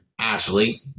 ashley